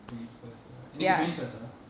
twenty first uh இன்னைக்கு:innaiku twenty first ah